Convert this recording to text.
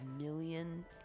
million